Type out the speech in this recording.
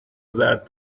زرد